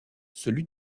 celui